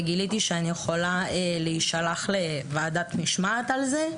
וגיליתי שאני יכולה להישלח לוועדת משמעת על זה.